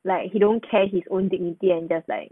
like he don't care his own dignity and just like